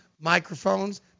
microphones